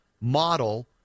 model